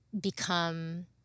become